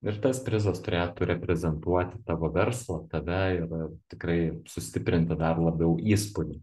ir tas prizas turėtų reprezentuoti tavo verslą tave ir tikrai sustiprinti dar labiau įspūdį